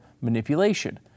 manipulation